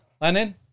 Lennon